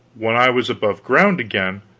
when i was above ground again,